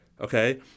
okay